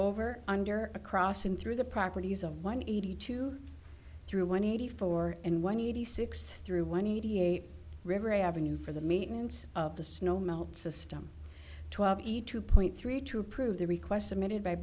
over under a crossing through the properties of one eighty two through one eighty four and one eighty six through one e t a river a avenue for the maintenance of the snow melt system twelve each two point three to approve the requests submitted by